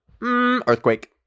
earthquake